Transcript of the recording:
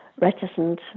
reticent